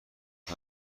کند